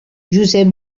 josep